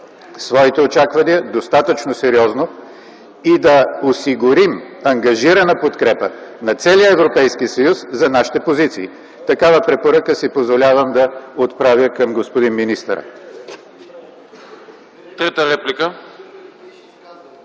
своите очаквания достатъчно сериозно и да осигурим ангажирана подкрепа на целия Европейски съюз за нашите позиции. Такава препоръка си позволявам да отправя към господин министъра. ПРЕДСЕДАТЕЛ